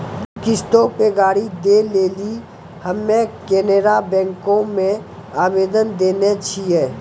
किश्तो पे गाड़ी दै लेली हम्मे केनरा बैंको मे आवेदन देने छिये